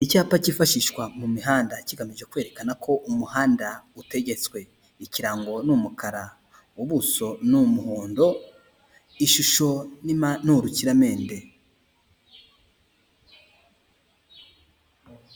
Icyapa cyifashishwa mu mihanda kigamije kwerekana ko umuhanda utegetswe. Ikirango n'umukara, ubuso n'umuhondo, ishusho n'urukiramende.